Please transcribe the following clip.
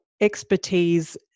expertise